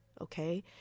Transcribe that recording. okay